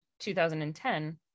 2010